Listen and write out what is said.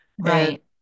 Right